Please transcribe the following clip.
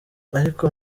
ariko